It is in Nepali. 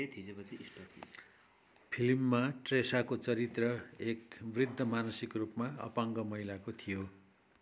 यहाँ थिचेपछि स्टप हुन्छ फिल्ममा ट्रेसाको चरित्र एक वृद्ध मानसिक रूपमा अपाङ्ग महिलाको थियो